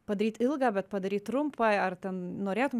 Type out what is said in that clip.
padaryt ilgą bet padarei trumpą ar ten norėtum